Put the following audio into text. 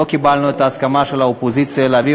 לא קיבלנו את ההסכמה של האופוזיציה להעביר